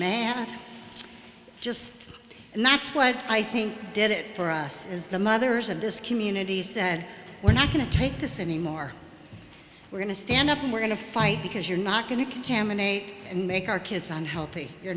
man just and that's what i think did it for us as the mothers of this community said we're not going to take this anymore we're going to stand up and we're going to fight because you're not going to contaminate and make our kids on healthy you're